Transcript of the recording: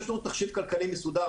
יש לנו תחשיב כלכלי מסודר,